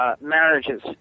marriages